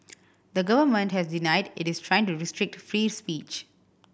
the government has denied it is trying to restrict free speech